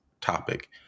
topic